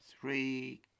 three